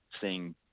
seeing